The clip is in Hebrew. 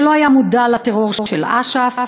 שלא היה מודע לטרור של אש"ף,